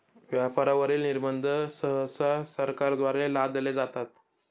व्यापारावरील निर्बंध सहसा सरकारद्वारे लादले जातात